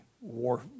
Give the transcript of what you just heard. war